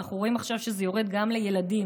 אנחנו רואים עכשיו שזה יורד גם לילדים.